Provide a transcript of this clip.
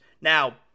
Now